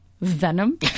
Venom